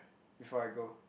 before I go